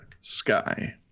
Sky